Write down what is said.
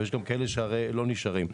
יש גם כאלה שלא נשארים.